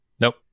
Nope